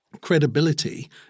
credibility